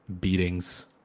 beatings